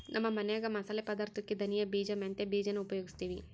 ನಮ್ಮ ಮನ್ಯಾಗ ಮಸಾಲೆ ಪದಾರ್ಥುಕ್ಕೆ ಧನಿಯ ಬೀಜ, ಮೆಂತ್ಯ ಬೀಜಾನ ಉಪಯೋಗಿಸ್ತೀವಿ